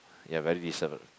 ya very decent one